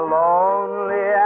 lonely